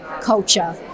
culture